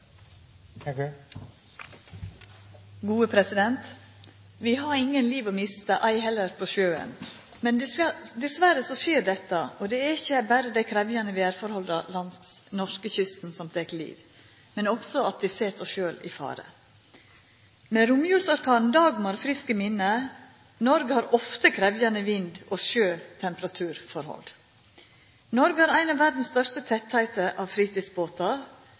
Vi har ingen liv å mista, ei heller på sjøen. Men dessverre skjer dette, og det er ikkje berre dei krevjande vêrforholda langs norskekysten som tek liv, men òg det at vi set oss sjølve i fare. Med romjulsorkanen Dagmar friskt i minne: Noreg har ofte krevjande vind-, sjø- og temperaturforhold. Noreg har ein av verdas største tettleik av